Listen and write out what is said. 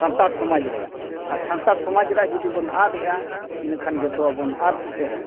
ᱥᱟᱱᱛᱟᱲ ᱥᱚᱢᱟᱡᱽ ᱨᱮᱭᱟᱜ ᱟᱨ ᱥᱟᱱᱛᱟᱲ ᱥᱚᱢᱟᱡᱽ ᱨᱮᱭᱟᱜ ᱡᱩᱫᱤ ᱵᱚᱱ ᱟᱫ ᱮᱫᱼᱟ ᱤᱱᱟᱹᱠᱷᱟᱱ ᱡᱚᱛᱚᱣᱟᱜ ᱵᱚᱱ ᱟᱫ ᱩᱛᱟᱹᱨ ᱟᱱᱟ